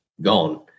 gone